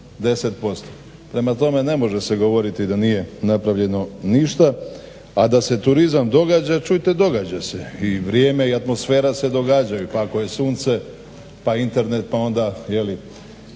10%. Prema tome, ne može se govoriti da nije napravljeno ništa. A da se turizam događa, čujte događa se i vrijeme i atmosfera se događaju, pa ako je sunce pa internet pa onda blizu